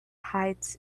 hides